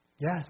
Yes